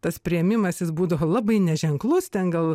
tas priėmimas jis būdavo labai neženklus ten gal